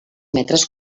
metres